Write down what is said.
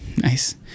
nice